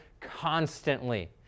constantly